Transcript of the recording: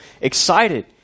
excited